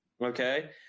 okay